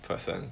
person